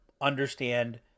understand